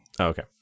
Okay